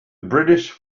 british